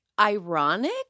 ironic